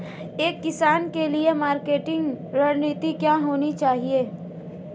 एक किसान के लिए मार्केटिंग रणनीति क्या होनी चाहिए?